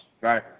Right